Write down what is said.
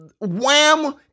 wham